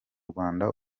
rwanda